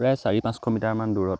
প্ৰায় চাৰি পাঁচশ মিটাৰমান দূৰত